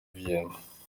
vienna